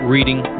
Reading